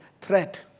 threat